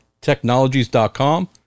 Technologies.com